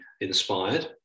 inspired